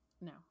No